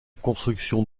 construction